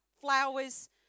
flowers